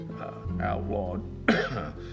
outlawed